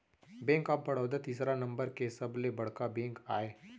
bank of Baroda तीसरा number के सबले बड़का बेंक आय